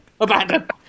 Abandon